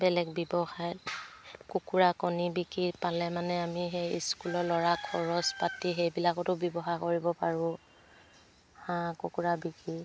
বেলেগ ব্যৱসায়ত কুকুৰা কণী বিকি পালে মানে আমি সেই স্কুলৰ ল'ৰা খৰচ পাতি সেইবিলাকতো ব্যৱহাৰ কৰিব পাৰোঁ হাঁহ কুকুৰা বিকি